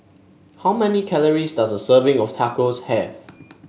how many calories does a serving of Tacos have